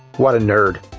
what a nerd.